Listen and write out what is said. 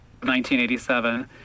1987